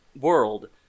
world